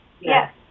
Yes